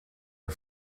are